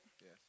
Yes